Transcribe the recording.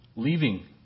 leaving